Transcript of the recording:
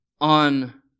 on